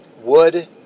wood